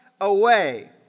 away